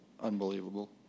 unbelievable